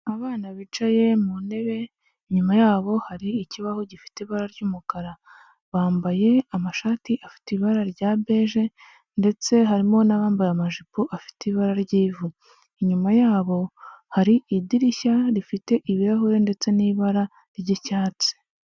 Abana bicaye mu ntebe, inyuma yabo hari ikibaho gifite ibara ry'umukara, bambaye amashati afite ibara rya beje ndetse harimo n'abambaye amajipo afite ibara ry'ivu, inyuma yabo hari idirishya rifite ibirahuri ndetse n'ibara ry'icyatsi.